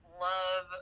love